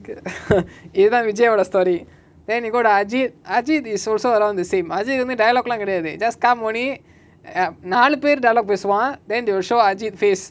இதா:itha vijay யோட:yoda story then they go to a ajith ajith is also around the same ajith வந்து:vanthu dialouge lah கெடயாது:kedayaathu just come only ah நாலுபேரு:naaluperu dialouge பேசுவா:pesuva then they will show ajith face